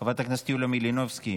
חברת הכנסת יוליה מלינובסקי,